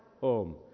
home